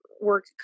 work